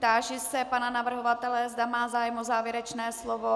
Táži se pana navrhovatele, zda má zájem o závěrečné slovo.